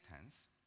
tense